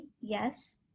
yes